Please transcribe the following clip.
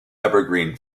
evergreen